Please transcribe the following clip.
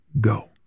go